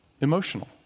emotional